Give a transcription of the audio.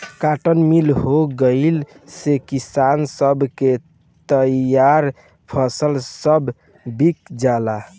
cotton mill हो गईला से किसान सब के तईयार फसल सब बिका जाला